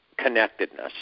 connectedness